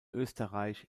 österreich